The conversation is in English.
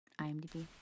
IMDb